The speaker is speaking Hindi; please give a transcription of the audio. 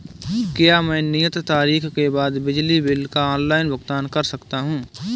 क्या मैं नियत तारीख के बाद बिजली बिल का ऑनलाइन भुगतान कर सकता हूं?